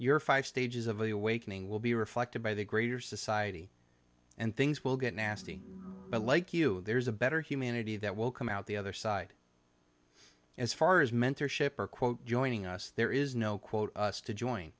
your five stages of awakening will be reflected by the greater society and things will get nasty but like you there is a better humanity that will come out the other side as far as mentorship or quote joining us there is no quote us to join